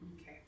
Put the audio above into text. Okay